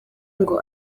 ngo